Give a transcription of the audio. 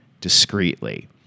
discreetly